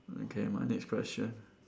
okay my next question